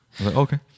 Okay